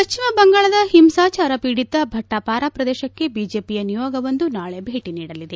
ಪಶ್ಚಿಮ ಬಂಗಾಳದ ಹಿಂಸಾಚಾರ ಪೀಡಿತ ಭಟ್ಪಾರಾ ಪ್ರದೇಶಕ್ಕೆ ಬಿಜೆಪಿಯ ನಿಯೋಗವೊಂದು ನಾಳೆ ಭೇಟಿ ನೀಡಲಿದೆ